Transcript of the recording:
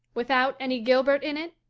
without any gilbert in it?